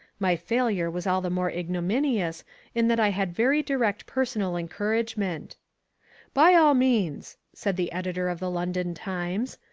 my failure was all the more ignominious in that i had very direct personal encouragement by all means, said the editor of the london times,